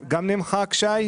נמחק?